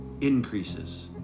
increases